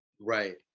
Right